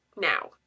now